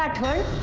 um tied.